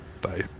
Bye